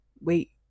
wait